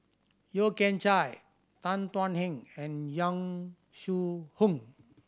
Yeo Kian Chye Tan Thuan Heng and Yong Shu Hoong